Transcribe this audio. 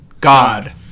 God